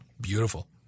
beautiful